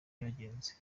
cyagenze